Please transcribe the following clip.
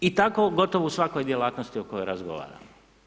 I tako gotovo u svakoj djelatnosti o kojoj razgovaramo.